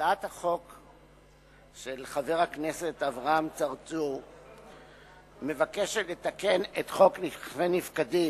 הצעת החוק של חבר הכנסת אברהים צרצור מבקשת לתקן את חוק נכסי נפקדים,